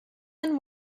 and